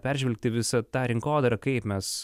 peržvelgti visą tą rinkodarą kaip mes